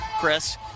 Chris